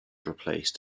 replaced